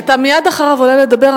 אתה מייד אחריו עולה לדבר,